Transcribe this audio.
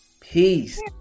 Peace